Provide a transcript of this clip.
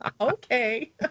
Okay